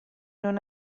non